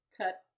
cut